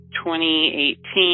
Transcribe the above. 2018